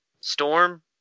Storm